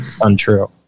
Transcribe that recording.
untrue